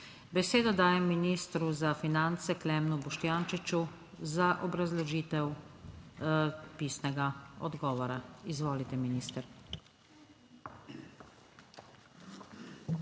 Besedo dajem ministru za finance Klemnu Boštjančiču za obrazložitev pisnega odgovora. Izvolite, minister.